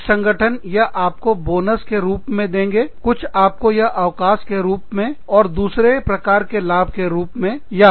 कुछ संगठन यह आपको बोनस के रूप पर देंगे कुछ आपको यह अवकाश और दूसरे प्रकार के लाभ रूप के में देंगे